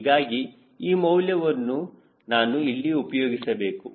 ಹೀಗಾಗಿ ಈ ಮೌಲ್ಯವನ್ನು ನಾನು ಇಲ್ಲಿ ಉಪಯೋಗಿಸಬೇಕು